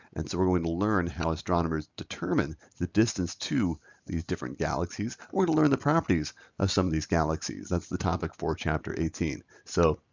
and so we're going to learn how astronomers determine the distance to these different galaxies. we're gonna learn the properties of some of these galaxies. that's the topic for chapter eighteen. so,